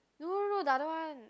no no no the other one